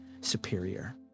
superior